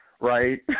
right